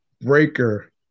Breaker